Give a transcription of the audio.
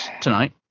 tonight